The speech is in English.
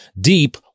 deep